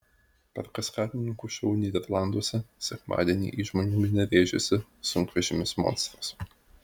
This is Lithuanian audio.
per kaskadininkų šou nyderlanduose sekmadienį į žmonų minią rėžėsi sunkvežimis monstras